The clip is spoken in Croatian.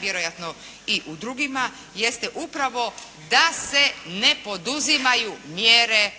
vjerojatno i u drugima jeste upravo da se ne poduzimaju mjere